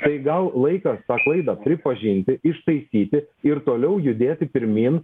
tai gal laikas tą klaidą pripažinti ištaisyti ir toliau judėti pirmyn